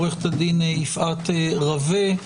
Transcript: עו"ד יפעת רווה,